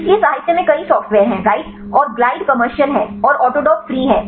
इसलिए साहित्य में कई सॉफ्टवेयर है राइट और ग्लाइड कमर्शियल हैं और ऑटोडॉक फ्री है